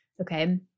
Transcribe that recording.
Okay